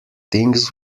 things